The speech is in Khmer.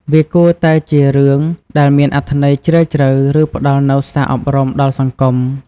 វាគួរតែជារឿងដែលមានអត្ថន័យជ្រាលជ្រៅ ឬផ្តល់នូវសារអប់រំដល់សង្គម។